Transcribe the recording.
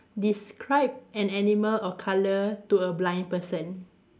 describe an animal or colour to a blind person